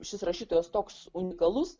šis rašytojas toks unikalus